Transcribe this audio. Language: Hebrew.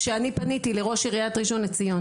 כשאני פניתי לראש עיריית ראשון לציון